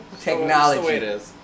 Technology